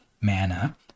mana